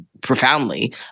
profoundly